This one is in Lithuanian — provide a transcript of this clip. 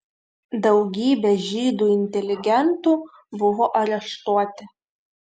daugybė žydų inteligentų buvo areštuoti